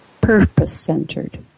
purpose-centered